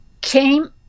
came